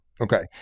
Okay